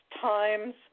times